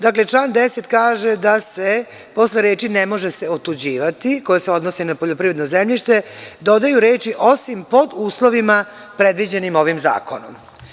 Dakle, član 10. kaže da se posle reči: „ne može se otuđivati“ koja se odnosi na poljoprivredno zemljište, dodaju reči: „osim pod uslovima predviđenim ovim zakonom“